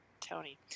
Tony